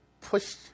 push